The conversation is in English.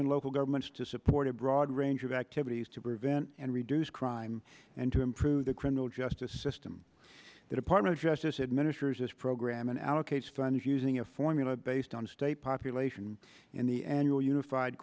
and local governments to support a broad range of activities to prevent and reduce crime and to improve the criminal justice system the department of justice administers this program and allocates funds using a formula based on state population in the annual unified